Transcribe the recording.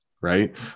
right